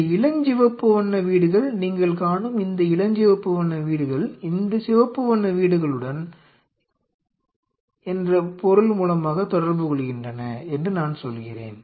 இந்த இளஞ்சிவப்பு வண்ண வீடுகள் நீங்கள் காணும் இந்த இளஞ்சிவப்பு வண்ண வீடுகள் இந்த சிவப்பு வண்ண வீடுகளுடன் என்ற பொருள் மூலமாக தொடர்புகொள்கின்றன என்று நான் சொல்கிறேன்